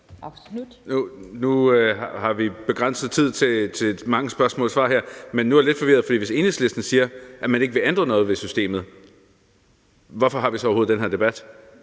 Vi har begrænset tid til mange spørgsmål og svar her, men nu er jeg lidt forvirret, fordi hvis Enhedslisten siger, at man ikke vil ændre noget ved systemet, hvorfor har vi så overhovedet den her debat?